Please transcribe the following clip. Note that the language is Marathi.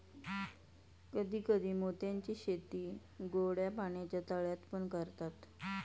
कधी कधी मोत्यांची शेती गोड्या पाण्याच्या तळ्यात पण करतात